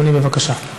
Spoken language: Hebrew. אדוני, בבקשה.